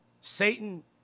Satan